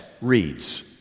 reads